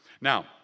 Now